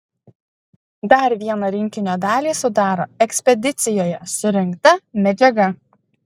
dar vieną rinkinio dalį sudaro ekspedicijose surinkta medžiaga